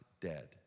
dead